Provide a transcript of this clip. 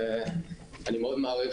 אני מאוד מעריך